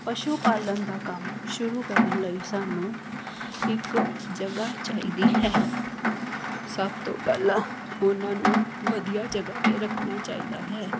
ਪਸ਼ੂ ਪਾਲਣ ਦਾ ਕੰਮ ਸ਼ੁਰੂ ਕਰਨ ਲਈ ਸਾਨੂੰ ਇੱਕ ਜਗ੍ਹਾ ਚਾਹੀਦੀ ਹੈ ਸਭ ਤੋਂ ਪਹਿਲਾਂ ਉਹਨਾਂ ਨੂੰ ਵਧੀਆ ਜਗ੍ਹਾ 'ਤੇ ਰੱਖਣਾ ਚਾਹੀਦਾ ਹੈ